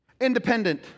Independent